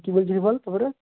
কী বলছিলি বল তারপরে